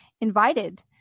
invited